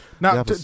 Now